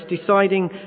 deciding